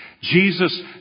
Jesus